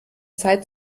zeit